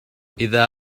إذا